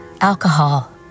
alcohol